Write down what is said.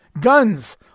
Guns